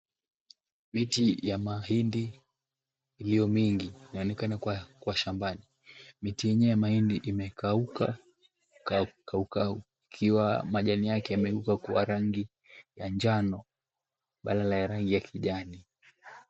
Miti ya mahindi iliyo mingi inaonekana kuwa shambani. Miti yenye mahindi imekauka kaukau ikiwa majani yake yamegeuka kuwa rangi ya njano baadala ya rangi ya kijani.